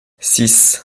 six